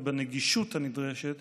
ובנגישות הנדרשת